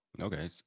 Okay